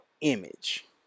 image